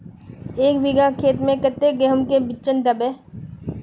एक बिगहा खेत में कते गेहूम के बिचन दबे?